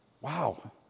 Wow